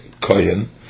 kohen